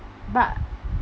but